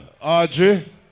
Audrey